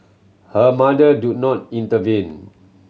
her mother do not intervene